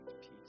peace